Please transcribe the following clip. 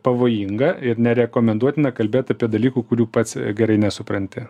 pavojinga ir nerekomenduotina kalbėt apie dalykų kurių pats gerai nesupranti